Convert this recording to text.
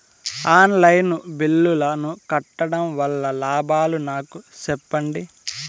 On line బిల్లుల ను కట్టడం వల్ల లాభాలు నాకు సెప్పండి?